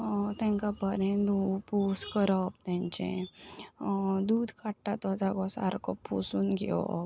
तांकां बरें धू पूस करप तांचें दूद काडटा तो जागो सारको पुसून घेवप